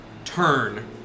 Turn